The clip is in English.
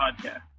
podcast